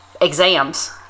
exams